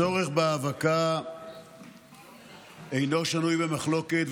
הצורך בהאבקה אינו שנוי במחלוקת,